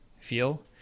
feel